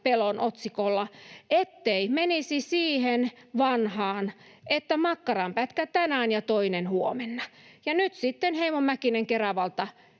pelon otsikolla, ettei menisi siihen vanhaan, että makkaranpätkä tänään ja toinen huomenna, ja nyt sitten Heimo Mäkinen Keravalta